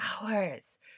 hours